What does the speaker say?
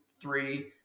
three